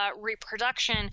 reproduction